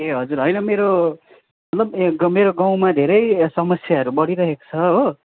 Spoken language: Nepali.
ए हजुर होइन मेरो मतलब मेरो गाउँमा धेरै समस्याहरू बढिरहेको छ हो